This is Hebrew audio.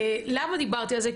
למה דיברתי על זה?